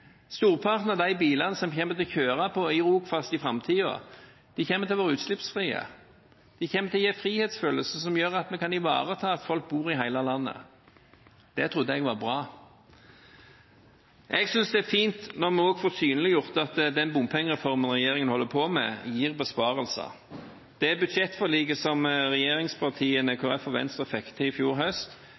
Storparten av de bilene som kommer til å kjøre i Rogfast i framtiden, kommer til å være utslippsfrie. De kommer til å gi en frihetsfølelse som gjør at vi kan ivareta at folk bor i hele landet. Det trodde jeg var bra. Jeg synes det er fint når vi også får synliggjort at den bompengereformen regjeringen holder på med, gir besparelser. Det budsjettforliket som regjeringspartiene og Kristelig Folkeparti og Venstre fikk til i fjor høst,